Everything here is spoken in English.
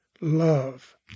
love